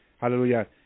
Hallelujah